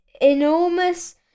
enormous